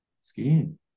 Skiing